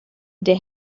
der